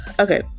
okay